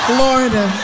Florida